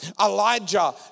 Elijah